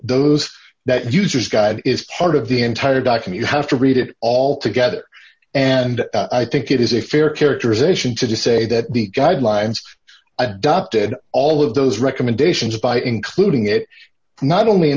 those that user's guide is part of the entire die from you have to read it all together and i think it is a fair characterization to say that the guidelines adopted all of those recommendations by including it not only in